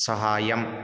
साहाय्यम्